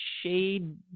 shade